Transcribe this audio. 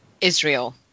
Israel